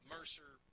Mercer